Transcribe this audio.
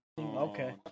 Okay